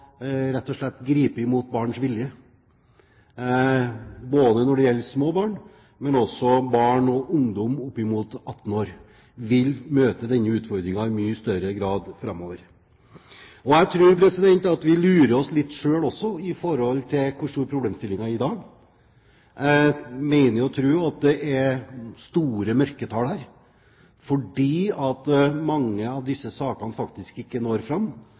gripe inn mot barns vilje. Små barn, men også barn og ungdom opp mot 18 år vil møte denne utfordringen i mye større grad framover. Jeg tror at vi lurer oss litt selv også i forhold til hvor stor problemstillingen er i dag. Jeg mener og tror at det er store mørketall her, fordi mange av disse sakene faktisk ikke når fram